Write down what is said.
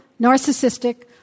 narcissistic